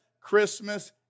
Christmas